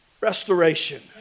restoration